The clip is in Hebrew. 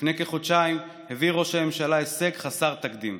לפני כחודשיים הביא ראש הממשלה הישג חסר תקדים,